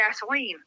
gasoline